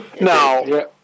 Now